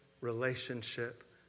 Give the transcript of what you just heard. relationship